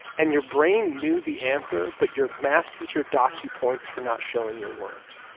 and your brain knew the answer, but your math teacher docked you points for not showing your work.